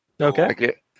Okay